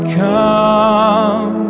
come